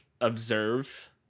observe